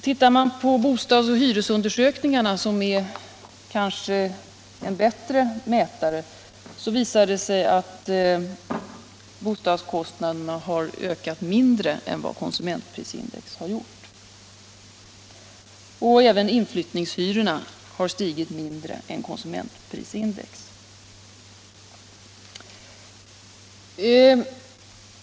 Tittar man på bostadsoch hyresundersökningarna, som kanske är en bättre mätare, visar det sig att bostadskostnaderna har ökat mindre än konsumentprisindex har gjort. Även inflyttningshyrorna har stigit mindre än konsumentprisindex.